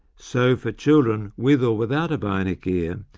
so for children with or without a bionic ear,